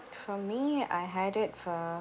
for me I had it for